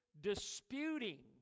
disputing